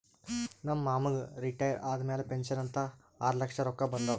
ನಮ್ ಮಾಮಾಗ್ ರಿಟೈರ್ ಆದಮ್ಯಾಲ ಪೆನ್ಷನ್ ಅಂತ್ ಆರ್ಲಕ್ಷ ರೊಕ್ಕಾ ಬಂದಾವ್